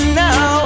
now